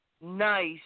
nice